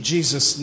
Jesus